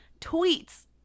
tweets